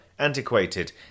Antiquated